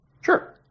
Sure